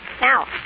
Now